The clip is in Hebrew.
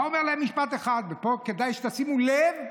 בא ואומר להם משפט אחד, ופה כדאי שתשימו לב,